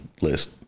list